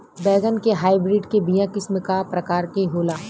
बैगन के हाइब्रिड के बीया किस्म क प्रकार के होला?